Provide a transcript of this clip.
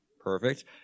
Perfect